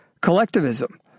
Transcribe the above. collectivism